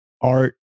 art